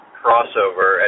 crossover